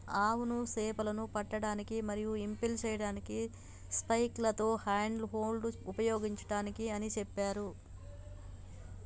అవును సేపలను పట్టడానికి మరియు ఇంపెల్ సేయడానికి స్పైక్లతో హ్యాండ్ హోల్డ్ ఉపయోగించండి అని సెప్పారు